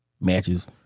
matches